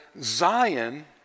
Zion